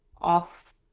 off